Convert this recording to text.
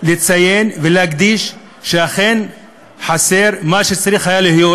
לציין ולהדגיש שאכן חסר מה שצריך היה להיות,